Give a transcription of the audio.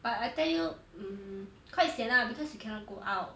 but I tell you mm quite sian lah because you cannot go out